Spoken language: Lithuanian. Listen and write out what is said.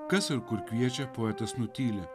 kas ir kur kviečia poetas nutyli